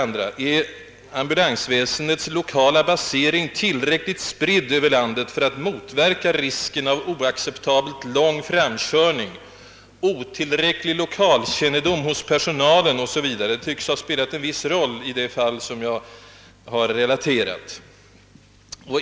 Är ambulansväsendets lokala basering tillräckligt spridd över landet för att motverka risken av oacceptabelt långa framkörningar, otillräcklig lokalkännedom hos personalen etc., omständigheter, som också kan ha spelat en viss roll i det fall jag har relaterat?